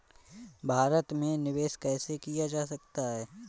भारत में निवेश कैसे किया जा सकता है?